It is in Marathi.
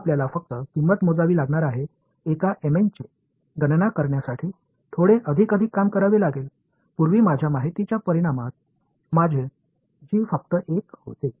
आता आपल्याला फक्त किंमत मोजावी लागणार आहे एका एमएन ची गणना करन्यासाठी थोडे अधिक अधिक काम करावे लागेल पूर्वी माझ्या माहितीच्या परिमाणात माझे जी फक्त 1 होते